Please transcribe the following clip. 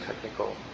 technical